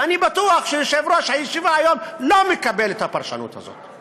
ואני בטוח שיושב-ראש הישיבה היום לא מקבל את הפרשנות הזאת,